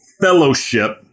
fellowship